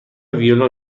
ویلون